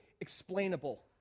explainable